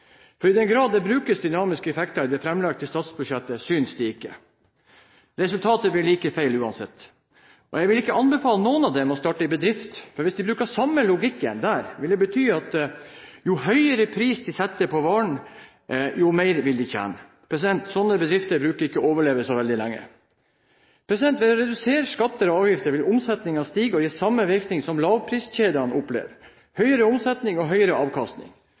for i den grad det brukes dynamiske effekter i det framlagte statsbudsjettet, synes de ikke. Resultatet blir like feil uansett. Jeg vil ikke anbefale noen av dem å starte en bedrift, for hvis de bruker den samme logikken der, vil det bety at jo høyere pris de setter på varen, jo mer vil de tjene. Slike bedrifter bruker ikke å overleve så veldig lenge. Ved å redusere skatter og avgifter vil omsetningen stige og gi samme virkning som lavpriskjedene opplever: høyere omsetning og høyere